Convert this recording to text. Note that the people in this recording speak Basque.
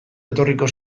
etorriko